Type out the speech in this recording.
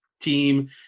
team